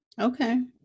Okay